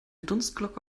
dunstglocke